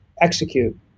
execute